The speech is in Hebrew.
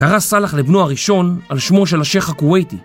קרא סאלח לבנו הראשון על שמו של השייך הכוויתי